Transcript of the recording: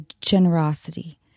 generosity